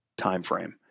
timeframe